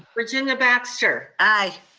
virginia baxter. aye.